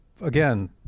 again